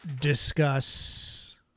discuss